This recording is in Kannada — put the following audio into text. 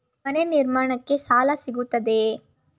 ಮನೆ ನಿರ್ಮಾಣಕ್ಕೆ ಸಾಲ ಸಿಗುತ್ತದೆಯೇ?